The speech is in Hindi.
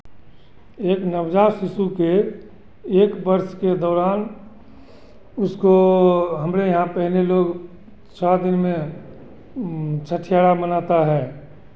एक नवजात शिशु के एक वर्ष के दौरान उसको हमरे यहाँ पहले लोग छः दिन में छठीहारा मनाता हैं